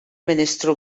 ministru